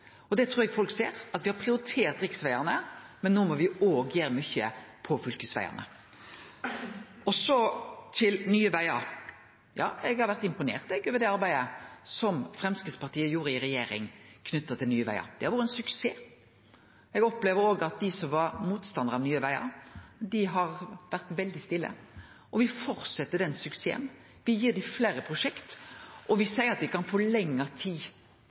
Eg trur folk ser at me har prioritert riksvegane, men no må me òg gjere mykje på fylkesvegane. Så til Nye Vegar: Ja, eg har vore imponert over det arbeidet som Framstegspartiet gjorde i regjering knytt til Nye Vegar. Det har vore ein suksess. Eg opplever òg at dei som var motstandarar av Nye Vegar, har vore veldig stille. Og me fortset den suksessen: Me gir dei fleire prosjekt, og me seier at dei kan få lengre tid